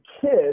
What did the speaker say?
kids